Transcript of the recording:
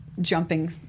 jumping